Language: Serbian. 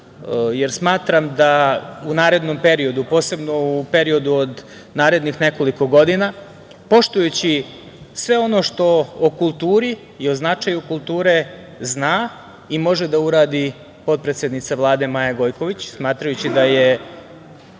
jer smatram da u narednom periodu, posebno u periodu od narednih nekoliko godina, poštujući sve ono što o kulturi i o značaju kulture zna i može da uradi potpredsednica Vlade, Maja Gojković, smatrajući da je